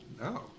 No